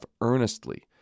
earnestly